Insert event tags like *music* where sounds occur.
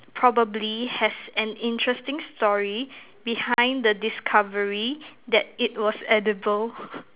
probably has an interesting story behind the discovery that it was edible *breath*